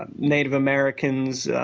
ah native americans,